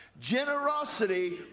Generosity